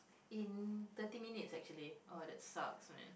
in thirty minutes actually oh that sucks man